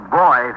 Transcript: boy